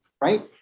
right